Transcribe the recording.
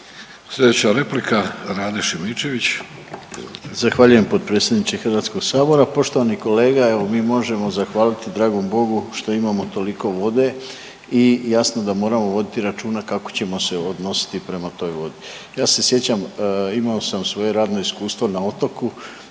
Sljedeća replika Rade Šimičević.